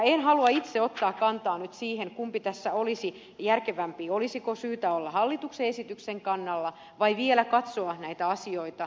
en halua itse ottaa kantaa nyt siihen kumpi tässä olisi järkevämpää olisiko syytä olla hallituksen esityksen kannalla vai vielä katsoa näitä asioita suurennuslasilla